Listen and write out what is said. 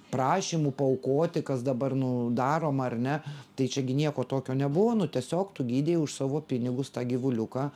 prašymų paaukoti kas dabar nu daroma ar ne tai čia gi nieko tokio nebuvo nu tiesiog tu gydei už savo pinigus tą gyvuliuką